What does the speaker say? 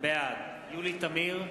בעד יולי תמיר,